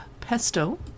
pesto